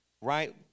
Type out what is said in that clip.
right